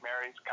Mary's